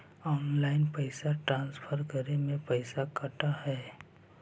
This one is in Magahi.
ऑनलाइन पैसा ट्रांसफर करे में पैसा कटा है?